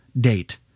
date